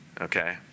okay